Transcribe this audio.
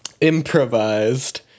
Improvised